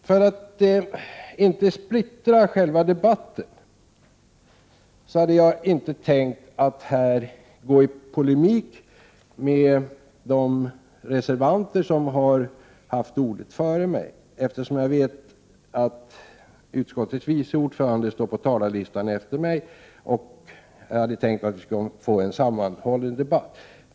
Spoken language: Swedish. För att inte splittra själva debatten hade jag tänkt att inte här gå i polemik med de reservanter som haft ordet före mig. Jag vet att utskottets vice ordförande står på talarlistan efter mig, och jag hade tänkt att vi skulle få en sammanhållen debatt.